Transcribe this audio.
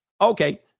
Okay